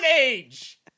Age